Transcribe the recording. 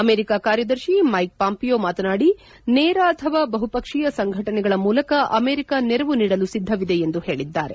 America ಕಾರ್ಯದರ್ಶಿ Mike Pompeo ಮಾತನಾಡಿ ನೇರ ಅಥವಾ ಬಹು ಪಕ್ಷೀಯ ಸಂಘಟನೆಗಳ ಮೂಲಕ ಅಮೆರಿಕ ನೆರವು ನೀಡಲು ಸಿದ್ದವಿದೆ ಎಂದು ಹೇಳಿದ್ದಾರೆ